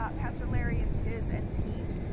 ah pastor larry and tiz and team.